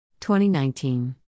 2019